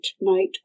night